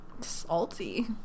Salty